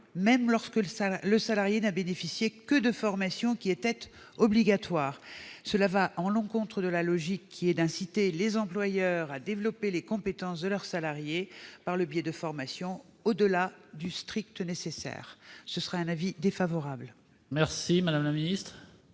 même lorsque le salarié n'a bénéficié que de formations qui étaient obligatoires. Cela va à l'encontre de la logique qui est d'inciter les employeurs à développer les compétences de leurs salariés, par le biais de formations, au-delà du strict nécessaire. Par conséquent, la commission